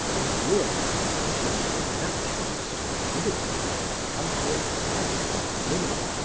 endured, in addition to the natural stupidity he had come to expect of women,